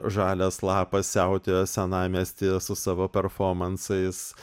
žalias lapas siautėja senamiestyje su savo perfomansais